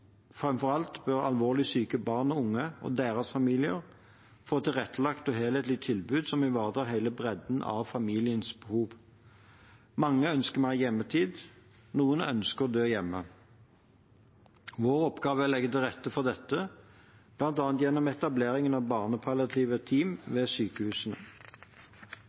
alt bør alvorlig syke barn og unge og deres familier få et tilrettelagt og helhetlig tilbud som ivaretar hele bredden av familiens behov. Mange ønsker mer hjemmetid. Noen ønsker å dø hjemme. Vår oppgave er å legge til rette for dette, bl.a. gjennom etablering av barnepalliative team ved sykehusene.